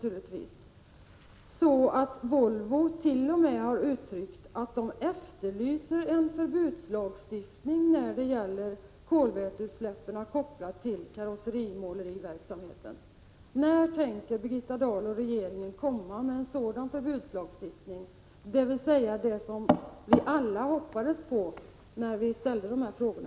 Volvo har t.o.m. uttalat att man efterlyser en förbudslagstiftning när det gäller kolväteutsläpp kopplade till karosserimåleriverksamheten. När tänker Birgitta Dahl och regeringen komma med en sådan förbudslagstiftning — som vi alla hoppades på när vi ställde de här frågorna?